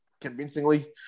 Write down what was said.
convincingly